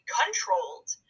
controlled